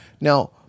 Now